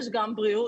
יש גם בריאות.